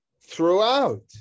throughout